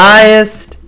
Highest